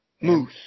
Moose